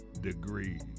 degrees